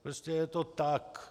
Prostě je to tak.